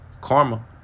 Karma